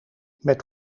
met